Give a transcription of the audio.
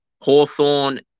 Hawthorne